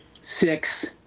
six